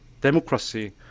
democracy